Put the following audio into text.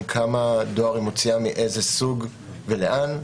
כמה דואר היא מוציאה מאיזה סוג ולאן.